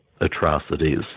atrocities